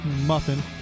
muffin